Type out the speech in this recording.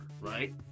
right